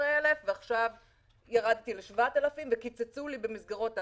של 15,000 שקל ועכשיו ירדתי ל-7,000 שקל וקיצצו לי במסגרות האשראי,